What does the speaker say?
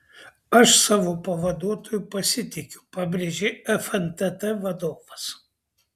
aš savo pavaduotoju pasitikiu pabrėžė fntt vadovas